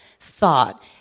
thought